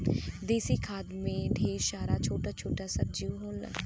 देसी खाद में ढेर सारा छोटा छोटा सब जीव होलन